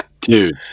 dude